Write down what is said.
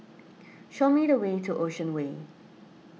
show me the way to Ocean Way